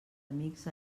amics